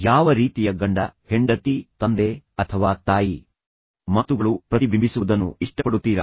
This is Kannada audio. ಯಾವ ರೀತಿಯ ಗಂಡ ಹೆಂಡತಿ ತಂದೆ ಅಥವಾ ತಾಯಿ ಅವರ ಮಾತುಗಳು ಪ್ರತಿಬಿಂಬಿಸುವುದನ್ನು ನೀವು ಇಷ್ಟಪಡುತ್ತೀರಾ